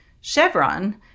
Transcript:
Chevron